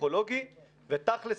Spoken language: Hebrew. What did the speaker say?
הפסיכולוגי ותכלס,